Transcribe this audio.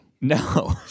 No